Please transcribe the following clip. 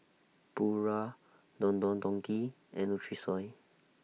Pura Don Don Donki and Nutrisoy